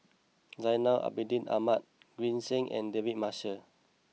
Zainal Abidin Ahmad Green Zeng and David Marshall